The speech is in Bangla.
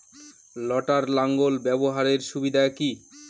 লটার লাঙ্গল ব্যবহারের সুবিধা কি?